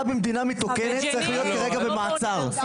אתה במדינה מתוקנת צריך להיות כרגע במעצר,